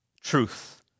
truth